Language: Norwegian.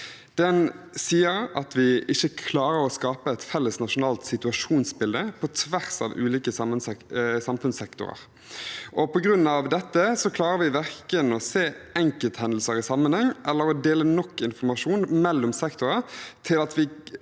Den sier at vi ikke klarer å skape et felles nasjonalt situasjonsbilde på tvers av ulike samfunnssektorer, og på grunn av dette klarer vi verken å se enkelthendelser i sammenheng eller å dele nok informasjon mellom sektorer til at vi